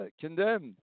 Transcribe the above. condemned